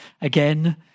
again